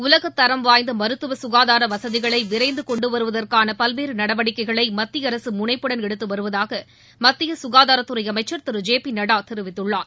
உலகத்தரம் வாய்ந்த மருத்துவ சுகாதார வசதிகளை விரைந்து கொண்டு வருவதற்கான பல்வேறு நடவடிக்கைகளை மத்திய அரசு முனைப்புடன் எடுத்து வருவதாக மத்திய ககாதாரத்துறை அமைச்சர் திரு ஜே பி நட்டா தெரிவித்துள்ளார்